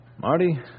Marty